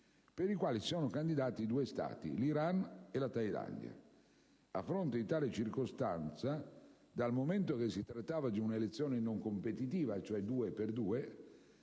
per i quali si sono candidati due Stati, l'Iran e la Thailandia. A fronte di tale circostanza, dal momento che si trattava di un'elezione non competitiva (due candidati per due